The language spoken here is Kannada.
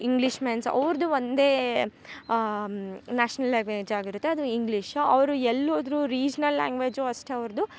ಇಂಗ್ಲಿಷ್ ಮೆನ್ಸ್ ಅವ್ರದ್ದೆ ಒಂದೇ ನ್ಯಾಷ್ನಲ್ ಲ್ಯಾಂಗ್ವೇಜ್ ಆಗಿರುತ್ತೆ ಅದು ಇಂಗ್ಲಿಷ್ ಅವರು ಎಲ್ಲಿ ಹೋದರು ರೀಜ್ನಲ್ ಲ್ಯಾಂಗ್ವೇಜ್ ಅಷ್ಟೆ ಅವ್ರದ್ದು